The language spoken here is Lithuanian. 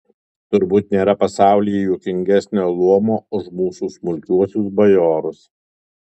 turbūt nėra pasaulyje juokingesnio luomo už mūsų smulkiuosius bajorus